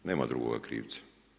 Nema drugoga krivca.